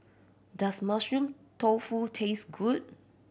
does Mushroom Tofu taste good